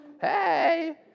hey